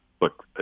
look